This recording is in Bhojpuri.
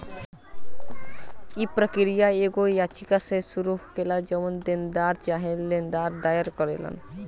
इ प्रक्रिया एगो याचिका से शुरू होखेला जवन देनदार चाहे लेनदार दायर करेलन